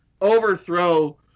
overthrow